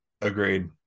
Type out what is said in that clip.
agreed